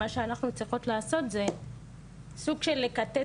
מה שאנחנו צריכות לעשות זה סוג של לכתת